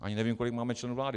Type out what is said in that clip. Ani nevím, kolik máme členů vlády.